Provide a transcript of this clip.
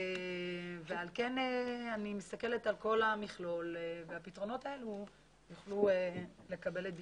אני מסתכלת על כל המכלול והפתרונות האלה יוכלו לקבל את ביטויים.